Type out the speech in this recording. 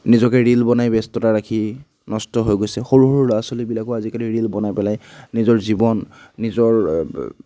নিজকে ৰীল বনাই ব্যস্ত ৰাখি নষ্ট হৈ গৈছে সৰু সৰু ল'ৰা ছোৱালীবিলাকো আজিকালি ৰীল বনাই পেলাই নিজৰ জীৱন নিজৰ